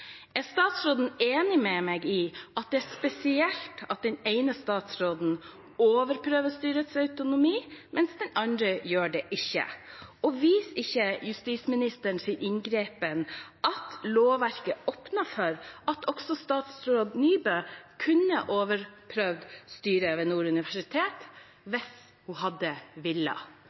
Er statsråden enig med meg i at det er spesielt at den ene statsråden overprøver styrets autonomi, mens den andre ikke gjør det? Og viser ikke justisministerens inngripen at lovverket åpner for at også statsråd Nybø kunne ha overprøvd styret ved Nord universitet hvis hun hadde